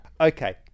Okay